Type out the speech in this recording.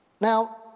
Now